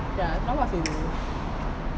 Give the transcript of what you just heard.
ya lawa seh tu